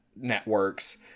networks